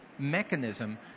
mechanism